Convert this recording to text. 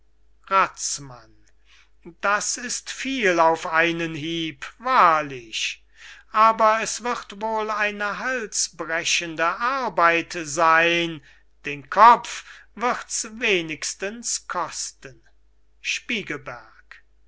razmann das ist viel auf einen hieb wahrlich aber es wird wohl eine halsbrechende arbeit seyn den kopf wirds wenigstens kosten spiegelberg